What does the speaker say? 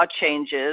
changes